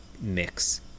mix